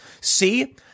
see